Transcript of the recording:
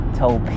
told